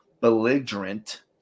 belligerent